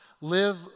live